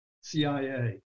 CIA